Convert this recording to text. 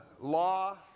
law